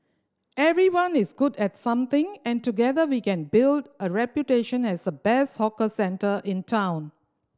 everyone is good at something and together we can build a reputation as the best 'hawker centre' in town